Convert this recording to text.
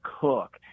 cook